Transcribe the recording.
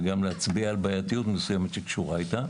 וגם להצביע על בעייתיות מסוימת שקשורה בה.